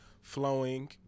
flowing